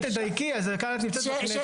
את תדייקי, כי את נמצאת בכנסת.